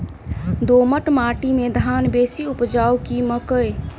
दोमट माटि मे धान बेसी उपजाउ की मकई?